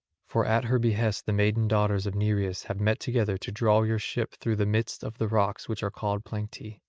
for at her behest the maiden daughters of nereus have met together to draw your ship through the midst of the rocks which are called planctae,